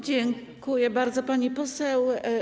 Dziękuję bardzo, pani poseł.